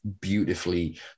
beautifully